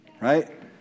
right